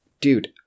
dude